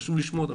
חשוב לשמוע אותם,